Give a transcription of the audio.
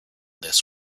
this